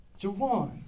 Jawan